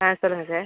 ஆ சொல்லுங்கள் சார்